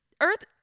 Earth